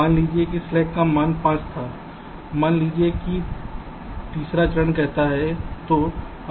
मान लीजिए कि स्लैक का मान 5 था मान लीजिए कि तीसरा चरण कहता है